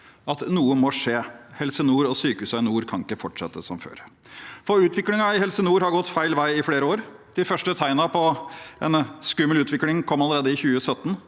Noe må skje. Helse nord og sykehusene i nord kan ikke fortsette som før. Utviklingen i Helse nord har gått feil vei i flere år. De første tegnene på en skummel utvikling kom allerede i 2017.